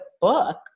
book